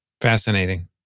Fascinating